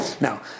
Now